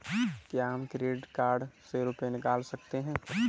क्या हम credit card से रुपये निकाल सकते हैं?